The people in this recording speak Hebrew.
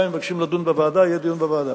אם מבקשים לדון בוועדה, יהיה דיון בוועדה.